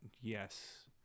yes